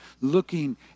looking